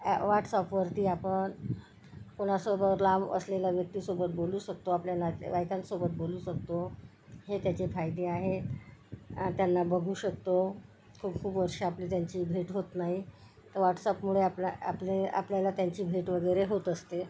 व्हॉटस्अपवरती आपण कुणासोबत लांब असलेला व्यक्तीसोबत बोलू शकतो आपल्या नातेवाईकांसोबत बोलू शकतो हे त्याचे फायदे आहे त्यांना बघू शकतो खूप खूप वर्ष आपली त्यांची भेट होत नाही तर व्हॉटस्अपमुळे आपलं आपल्याला आपल्याला त्यांची भेट वगैरे होत असते